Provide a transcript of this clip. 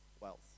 wealth